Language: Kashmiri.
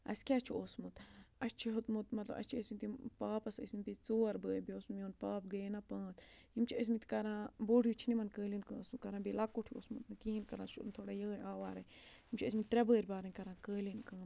اَسہِ کیٛاہ چھُ اوسمُت اَسہِ چھُ ہیوٚتمُت مطلب اَسہِ چھِ ٲسۍمٕتۍ یِم پاپَس ٲسۍمٕتۍ بیٚیہِ ژور بٲے بیٚیہِ اوسمُت میون پاپہٕ گٔیے نا پانٛژھ یِم چھِ ٲسۍمٕتۍ کَران بوٚڈ ہیوٗ چھِنہٕ یِمَن قٲلیٖن کٲم اوسمُ کَران بیٚیہِ لۄکُٹ ہیوٗ اوسمُت نہٕ کِہیٖنۍ کَران چھُنہٕ تھوڑا یِہوٚے آوارَے یِم چھِ ٲسۍمٕتۍ ترٛےٚ بٔرۍ بارٕنۍ کَران قٲلیٖن کٲم